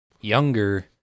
younger